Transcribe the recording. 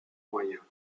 moyens